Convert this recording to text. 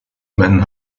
men